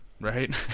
right